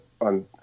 on